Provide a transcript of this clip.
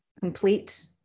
complete